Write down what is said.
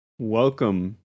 welcome